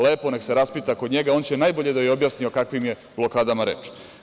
Lepo nek se raspita kod njega, on će najbolje da joj objasni o kakvim je blokadama reč.